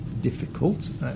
difficult